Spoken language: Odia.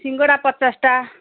ସିଙ୍ଗଡ଼ା ପଚାଶଟା